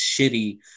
shitty